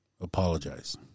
Apologize